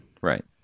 Right